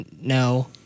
No